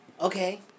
Okay